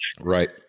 Right